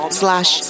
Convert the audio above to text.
slash